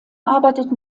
arbeitet